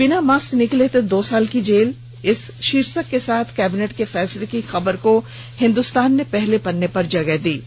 बिना मास्क निकले तो दो साल की जेल इस शीर्षक के साथ कैबिनेट के फैसलों की खबर को हिद्रस्तान ने पहले पन्ने पर प्रमुखता से जगह दी है